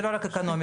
זה לא רק אקונומיקה,